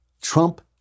Trump